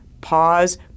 Pause